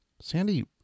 Sandy